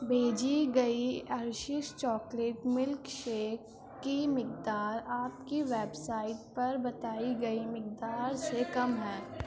بھیجی گئی Hershey's chocolate milk shake کی مقدار آپ کی ویب سائٹ پر بتائی گئی مقدار سے کم ہے